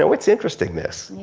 so it's interesting this. yeah.